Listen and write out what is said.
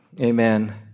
amen